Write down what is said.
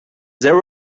there